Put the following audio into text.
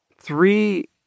three